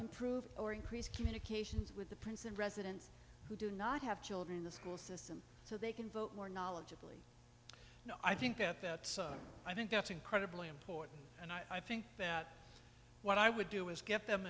improve or increase communications with the prince and residents who do not have children in the school system so they can vote more knowledgeable i think at that sun i think that's incredibly important and i think that what i would do is get them